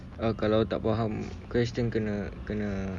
kalau tak faham question kena kena